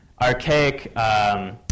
archaic